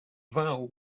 vow